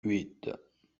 huit